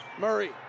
Murray